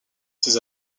ses